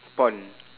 pond